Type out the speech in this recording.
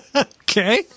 Okay